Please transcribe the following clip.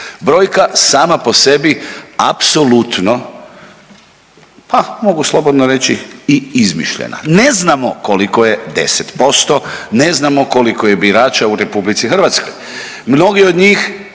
Brojka sama po sebi apsolutno, pa mogu slobodno reći i izmišljena. Ne znamo koliko je 10%, ne znamo koliko je birača u RH. Mnogi od njih